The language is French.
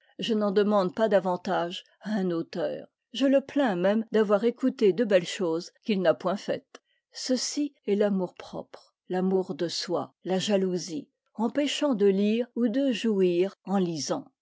je n'en demande pas davantage à un auteur je le plains même d'avoir écouté de belles choses qu'il n'a point faites ceci est l'amour-propre l'amour de soi la jalousie empêchant de lire ou de jouir en lisant